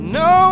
no